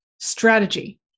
Strategy